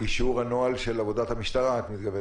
גברתי, את מתכוונת